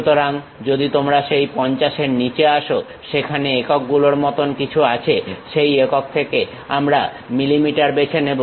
সুতরাং যদি তোমরা সেই 50 এর নিচে আসো সেখানে একক গুলোর মত কিছু আছে সেই একক থেকে আমরা mm বেছে নেব